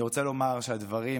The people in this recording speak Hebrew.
אני רוצה לומר שהדברים,